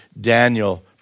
Daniel